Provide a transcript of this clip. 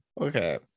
Okay